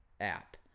app